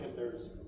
there's